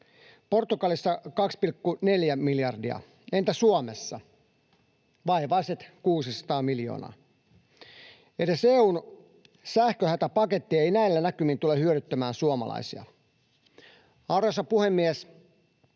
Portugalissa 2,4 miljardia. Entä Suomessa? Vaivaiset 600 miljoonaa. Edes EU:n sähköhätäpaketti ei näillä näkymin tule hyödyttämään suomalaisia. Arvoisa puhemies!